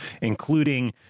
including